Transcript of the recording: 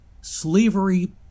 Slavery